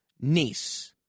niece